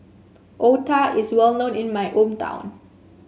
otah is well known in my hometown